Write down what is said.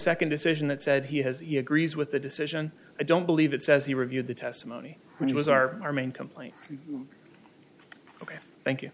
second decision that said he has he agrees with the decision i don't believe it says he reviewed the testimony when he was our our main complaint ok thank you